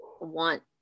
want